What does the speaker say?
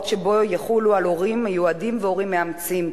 שבו יחולו על הורים מיועדים והורים מאמצים,